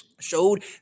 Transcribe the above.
showed